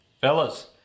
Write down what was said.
Fellas